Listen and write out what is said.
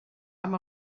amb